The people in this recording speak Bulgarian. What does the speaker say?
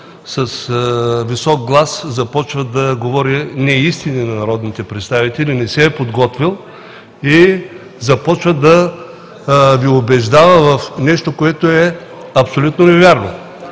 с висок глас започва да говори неистини на народните представители, не се е подготвил и започва да ни убеждава в нещо, което е абсолютно невярно.